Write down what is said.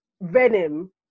venom